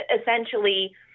essentially